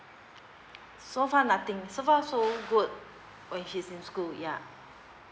so far nothing so far so good when he's in school yeah